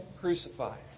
crucified